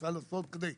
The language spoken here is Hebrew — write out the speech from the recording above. ניסה לעשות כדי לגייס.